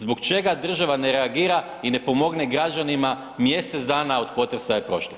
Zbog čega država ne reagira i ne pomogne građanima, mjesec dana od potresa je prošlo?